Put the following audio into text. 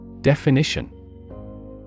Definition